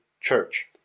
church